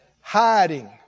Hiding